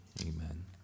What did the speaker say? amen